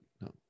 no